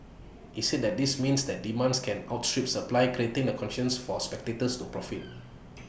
he said that this means that demands can outstrip supply creating the conditions for speculators to profit